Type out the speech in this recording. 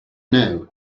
know